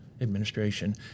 administration